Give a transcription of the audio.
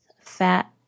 fat